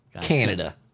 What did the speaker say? Canada